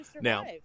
now